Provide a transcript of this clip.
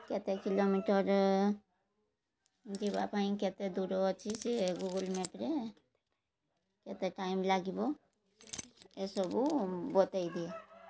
କେତେ କିଲୋମିଟର୍ ଯିବା ପାଇଁ କେତେ ଦୂର ଅଛି ସେ ଗୁଗୁଲ୍ ମ୍ୟାପ୍ରେ କେତେ ଟାଇମ୍ ଲାଗିବ ଏସବୁ ବତେଇ ଦିଏ